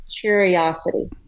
curiosity